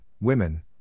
women